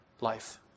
life